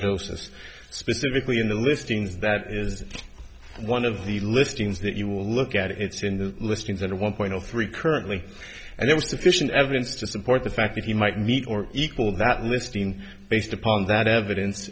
this specifically in the listings that is one of the listings that you will look at it's in the listings and one point zero three currently and there was sufficient evidence to support the fact that he might meet or equal that listing based upon that evidence